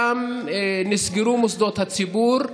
שם נסגרו מוסדות הציבור,